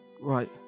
Right